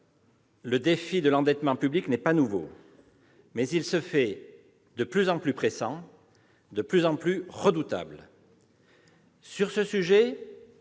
le défi de l'endettement public n'est pas nouveau, mais il se fait de plus en plus pressant et redoutable. Sur ce sujet,